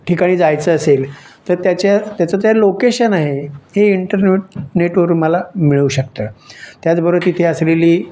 ठिकाणी जायचं असेल तर त्याच्या त्याचं त्या लोकेशन आहे हे इंटरनेट नेटवरून मला मिळू शकतं त्याचबरोबर तिथे असलेली